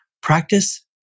practice